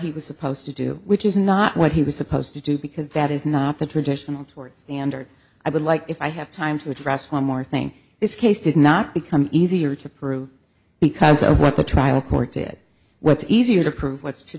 he was supposed to do which is not what he was supposed to do because that is not the traditional toward standard i would like if i have time to address one more thing this case did not become easier to prove because of what the trial court did what's easier to prove what